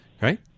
right